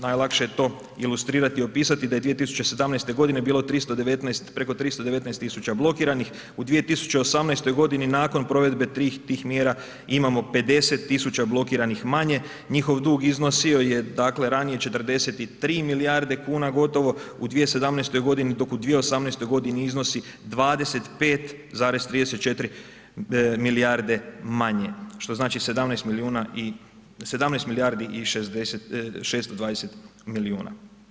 Najlakše je to ilustrirati i opisati da je 2017. godine bilo 319, preko 319.000 blokiranih, u 2018. godini nakon provedbe tih mjera imamo 50.000 blokiranih manje, njihov dug iznosio je dakle ranije 43 milijarde kuna gotovo u 2017. godini, dok u 2018. godini iznosi 25,34 milijarde manje, što znači 17 milijuna i, 17 milijardi i 620 milijuna.